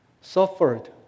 suffered